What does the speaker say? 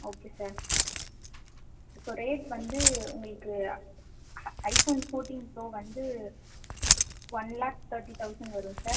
okay sir இப்போ rate வந்து உங்களுக்கு ஐ ஃபோன் ஃபோர்டின் ப்ரோ வந்து ஒன் லக் தர்ட்டி தவுசன் வரும் சார்